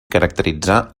caracteritzar